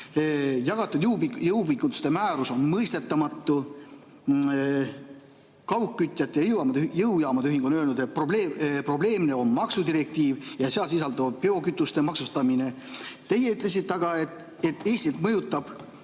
jagatud jõupingutuste määrus on mõistetamatu. Kaugkütjate ja jõujaamade ühing on öelnud, et probleemne on maksudirektiiv ja seal sisalduv biokütuste maksustamine. Teie ütlesite aga, et Eestit mõjutab